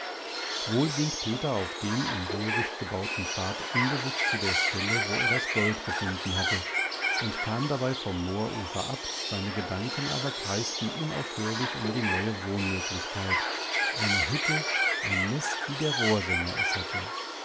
wohl ging peter auf dem im röhricht gebauten pfad unbewußt zu der stelle wo er das gold gefunden hatte und kam dabei vom moorufer ab seine gedanken aber kreisten unaufhörlich um die neue wohnmöglichkeit eine hütte ein nest wie der rohrsänger es hatte